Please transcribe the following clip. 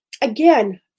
Again